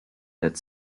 that